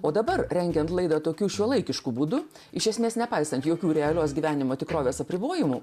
o dabar rengiant laidą tokių šiuolaikiškų būdų iš esmės nepaisant jokių realios gyvenimo tikrovės apribojimų